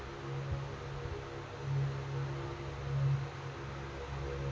ಭಾಳ ಶೇಂಗಾ ಇಳುವರಿಗಾಗಿ ಯಾವ ಆಧುನಿಕ ತಂತ್ರಜ್ಞಾನವನ್ನ ಅಳವಡಿಸಿಕೊಳ್ಳಬೇಕರೇ?